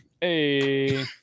Hey